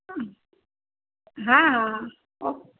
હમ હા હા હા ઓકે